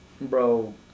bro